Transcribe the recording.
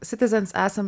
citizens esam